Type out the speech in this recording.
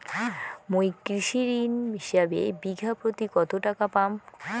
মুই কৃষি ঋণ হিসাবে বিঘা প্রতি কতো টাকা পাম?